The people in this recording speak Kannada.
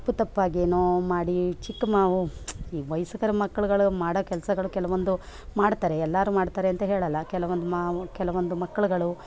ತಪ್ಪು ತಪ್ಪಾಗಿ ಏನೋ ಮಾಡಿ ಚಿಕ್ಕ ಮ ಈ ವಯಸ್ಸಿಗರ ಮಕ್ಕಳುಗಳು ಮಾಡೋ ಕೆಲಸಗಳು ಕೆಲವೊಂದು ಮಾಡ್ತಾರೆ ಎಲ್ಲರೂ ಮಾಡ್ತಾರೆ ಅಂತ ಹೇಳಲ್ಲ ಕೆಲವೊಂದು ಮ ಕೆಲವೊಂದು ಮಕ್ಕಳುಗಳು